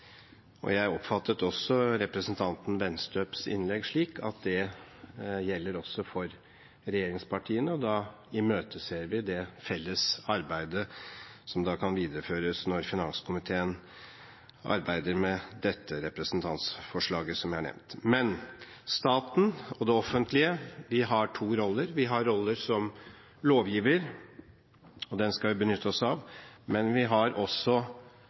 Jeg oppfattet representanten Wenstøbs innlegg slik at det også gjelder for regjeringspartiene, og da imøteser vi det felles arbeidet som kan videreføres når finanskomiteen arbeider med det representantforslaget som jeg har nevnt. Men staten og det offentlige har to roller. Vi har en rolle som lovgiver, og den skal vi benytte oss av, men vi har også